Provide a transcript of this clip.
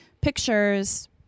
pictures